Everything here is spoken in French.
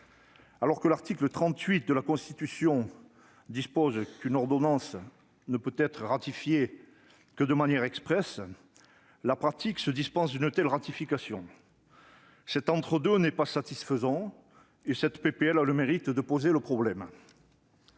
Alors que l'article 38 de la Constitution dispose qu'une ordonnance ne peut être ratifiée que de manière expresse, la pratique se dispense d'une telle ratification. Cet entre-deux n'est pas satisfaisant, et cette PPL a le mérite de poser le problème.